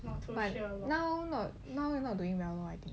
she will now not now not doing well right